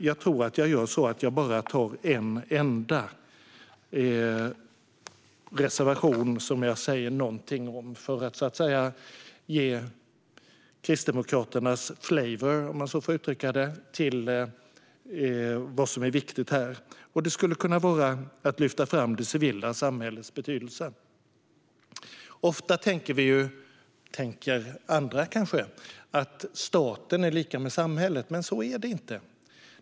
Jag tror att jag gör så att jag bara tar en enda reservation som jag säger någonting om för att så att säga ge Kristdemokraternas flavour till vad som är viktigt här, och det skulle kunna vara att lyfta fram det civila samhällets betydelse. Ofta tänker andra kanske att staten är lika med samhället, men så är det inte.